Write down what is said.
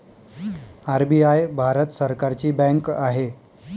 RBI Bharat सरकारची bank आहे